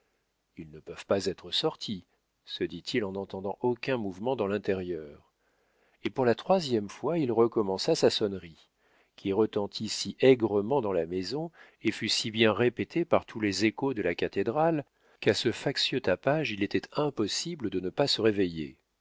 ils ne peuvent pas être sortis se dit-il en n'entendant aucun mouvement dans l'intérieur et pour la troisième fois il recommença sa sonnerie qui retentit si aigrement dans la maison et fut si bien répétée par tous les échos de la cathédrale qu'à ce factieux tapage il était impossible de ne pas se réveiller